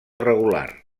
regular